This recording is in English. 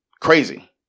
crazy